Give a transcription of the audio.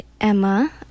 Emma